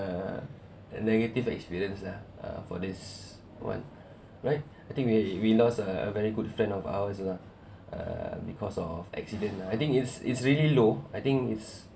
err negative experience lah ah for this one right I think we we lost a very good friend of ours lah uh because of accident ah I think it's it's really low I think it's